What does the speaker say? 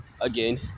again